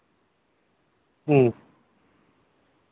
ᱦᱮᱸ